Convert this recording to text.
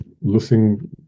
losing